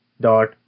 dot